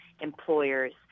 employers